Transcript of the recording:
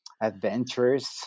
adventures